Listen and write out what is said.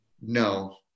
no